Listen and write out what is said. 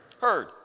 heard